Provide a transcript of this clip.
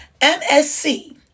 MSC